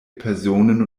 personen